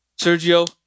Sergio